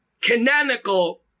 canonical